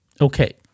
Okay